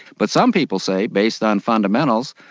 but some people say, based on fundamentals,